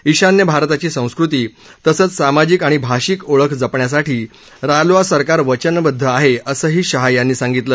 ईशान्य भारताची संस्कृती तसंच सामाजिक आणि भाषिक ओळख जपण्यासाठी रालोआ सरकार वचनबद्ध आहे असंही शाह यांनी सांगितलं